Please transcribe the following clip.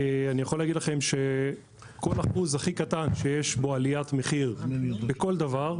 אני יכול להגיד לכם שכל אחוז הכי קטן שיש בו עליית מחיר בכל דבר,